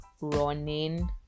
running